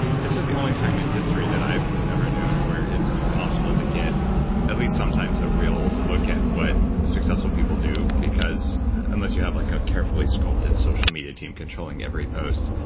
is the only time in history that i've ever known where it's possible to get at least sometimes a real look at what successful people do because unless you have like a carefully sculpted social media team controlling every post,